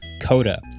Coda